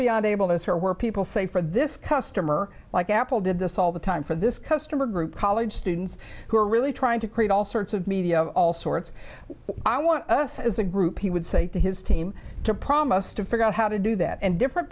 beyond able to her where people say for this customer like apple did this all the time for this customer group college students who are really trying to create all sorts of media of all sorts i want us as a group he would say to his team to promise to figure out how to do that and different